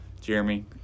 Jeremy